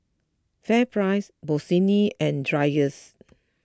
FairPrice Bossini and Dreyers